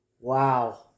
Wow